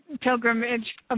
pilgrimage